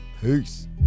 Peace